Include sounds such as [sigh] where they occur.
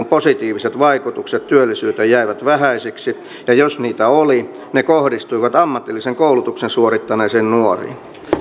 [unintelligible] positiiviset vaikutukset työllisyyteen jäivät vähäisiksi ja jos niitä oli ne kohdistuivat ammatillisen koulutuksen suorittaneisiin nuoriin